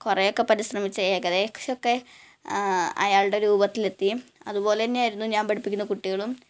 കുറേ ഒക്കെ പരിശ്രമിച്ച് ഏകദേശം ഒക്കെ അയാളുടെ രൂപത്തിലെത്തി അതുപോലെ തന്നെ ആയിരുന്നു ഞാൻ പഠിപ്പിക്കുന്ന കുട്ടികളും